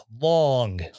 long